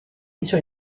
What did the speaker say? hizo